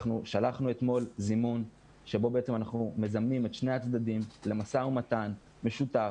שלחנו אתמול זימון שבו אנחנו מזמנים את שני הצדדים למשא ומתן משותף